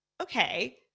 okay